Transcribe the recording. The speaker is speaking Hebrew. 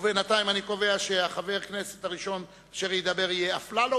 בינתיים אני קובע שחבר הכנסת הראשון אשר ידבר יהיה חבר הכנסת אפללו,